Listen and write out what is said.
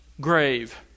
grave